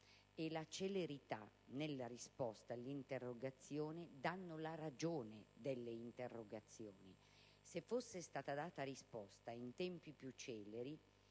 e la celerità nella risposta alle interrogazioni diano la ragione delle interrogazioni stesse. Se fosse stata data risposta in tempi più celeri